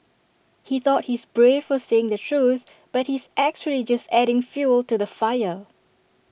he thought he's brave for saying the truth but he's actually just adding fuel to the fire